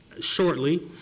shortly